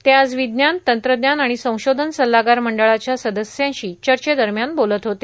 ते आज विज्ञान तंत्रज्ञान आणि संशोधन सल्लागार मंडळाच्या सदस्यांशी चर्चेदरम्यान बोलत होते